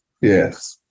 Yes